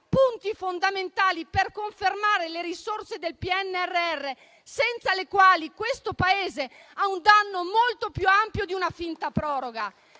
europea fondamentali per confermare le risorse del PNRR, senza le quali questo Paese ha un danno molto più ampio di una finta proroga.